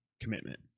Commitment